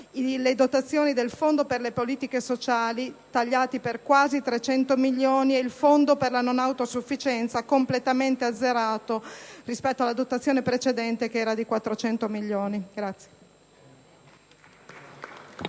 le dotazioni del Fondo per le politiche sociali, tagliate per quasi 300 milioni e, infine, il Fondo per la non autosufficienza, interamente azzerato rispetto alla dotazione precedente di 400 milioni.